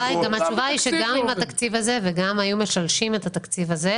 התשובה היא שגם עם התקציב הזה וגם אם היו משלשים את התקציב הזה,